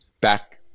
back